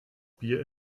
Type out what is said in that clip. bier